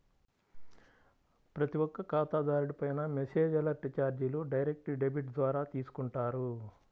ప్రతి ఒక్క ఖాతాదారుడిపైనా మెసేజ్ అలర్ట్ చార్జీలు డైరెక్ట్ డెబిట్ ద్వారా తీసుకుంటారు